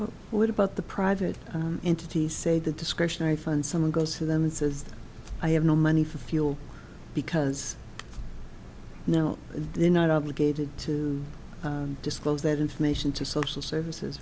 but what about the private entity say the discretionary fund someone goes to them and says i have no money for fuel because you know they're not obligated to disclose that information to social services